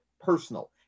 personal